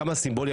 כמה סימבולי,